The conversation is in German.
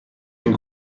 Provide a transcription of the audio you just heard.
den